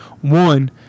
one